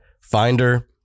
finder